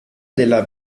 della